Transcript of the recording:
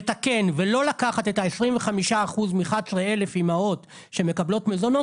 לתקן ולא לקחת את ה-25% מ-11,000 אימהות שמקבלות מזונות,